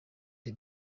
the